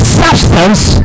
substance